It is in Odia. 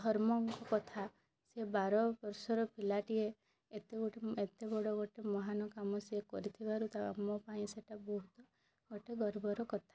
ଧର୍ମ ଙ୍କ କଥା ସିଏ ବାର ବର୍ଷ ର ପିଲାଟିଏ ଏତେ ଗୋଟି ଏତେ ବଡ଼ ଗୋଟେ ମହାନ୍ କାମ ସିଏ କରିଥିବାରୁ ତ ଆମ ପାଇଁ ସେଇଟା ବହୁତ ଗୋଟେ ଗର୍ବ ର କଥା